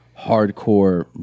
hardcore